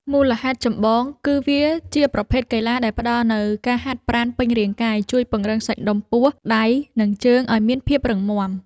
មូលហេតុចម្បងគឺវាជាប្រភេទកីឡាដែលផ្ដល់នូវការហាត់ប្រាណពេញរាងកាយ ជួយពង្រឹងសាច់ដុំពោះ ដៃ និងជើងឱ្យមានភាពរឹងមាំ។